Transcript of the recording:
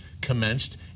commenced